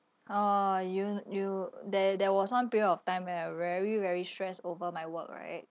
oh you n~ you there there was one period of time where I very very stress over my work right